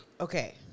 Okay